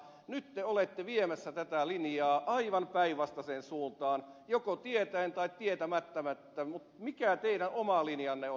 nyt te olette viemässä tätä linjaa aivan päinvastaiseen suuntaan joko tietäen tai tietämättä mutta mikä teidän oma linjanne on